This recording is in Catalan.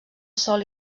sòl